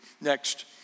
Next